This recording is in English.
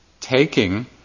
taking